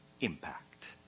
impact